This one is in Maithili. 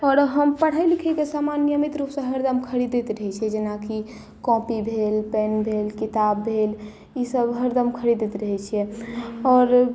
आओर हम पढ़ै लीखैके सामान नियमित रूपसँ हरदम ख़रीदैत रहै छी जेनाकी कॉपी भेल पेन भेल किताब भेल ई सभ हरदम ख़रीदैत रहै छियै आओर